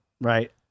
right